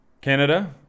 Canada